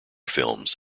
films